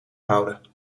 houden